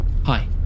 Hi